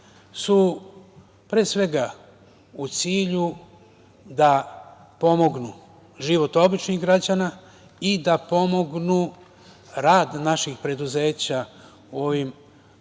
su u cilju da pomognu život običnih građana i da pomognu rad naših preduzeća u ovim